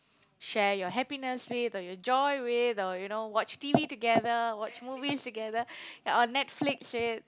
share your happiness with or your joy with or you know watch T_V together watch movies together or Netflix with